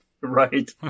Right